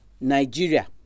Nigeria